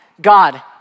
God